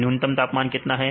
न्यूनतम तापमान कितना है